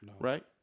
Right